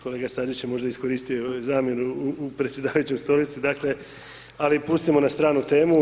Kolega Stazić je možda iskoristio zamjenu u predsjedavajućoj stolici, dakle, ali pustimo na stranu temu.